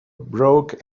broke